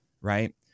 right